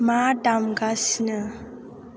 मा दामगासिनो